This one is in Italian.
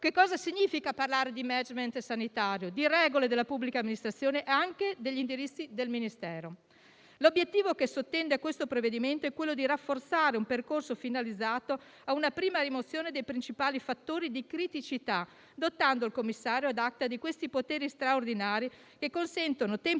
cosa significa parlare di *management* sanitario, di regole della pubblica amministrazione e anche di indirizzi del Ministero. L'obiettivo che sottende al provvedimento in esame è quello di rafforzare un percorso finalizzato a una prima rimozione dei principali fattori di criticità, dotando il commissario *ad acta* di poteri straordinari che consentano tempi certi